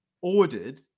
ordered